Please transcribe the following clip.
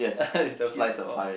is the at all